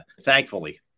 thankfully